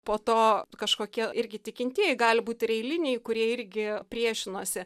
po to kažkokie irgi tikintieji gali būt ir eiliniai kurie irgi priešinosi